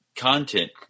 content